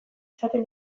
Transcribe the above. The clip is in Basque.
izaten